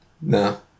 No